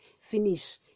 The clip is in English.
finish